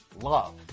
love